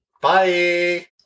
Bye